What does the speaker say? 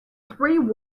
three